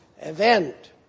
event